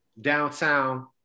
downtown